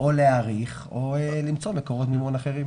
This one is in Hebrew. או להאריך או למצוא מקורות מימון אחרים.